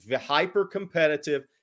hyper-competitive